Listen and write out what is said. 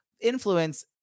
influence